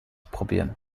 probieren